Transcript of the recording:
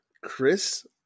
Chris